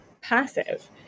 passive